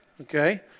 okay